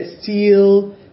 steel